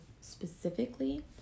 specifically